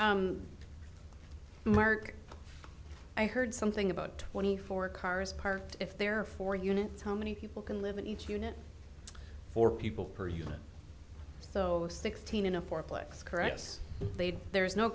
so mark i heard something about twenty four cars parked if there are four units how many people can live in each unit four people per unit so sixteen in a fourplex correct yes they'd there's no